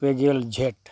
ᱯᱮᱜᱮᱞ ᱡᱷᱮᱸᱴ